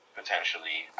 potentially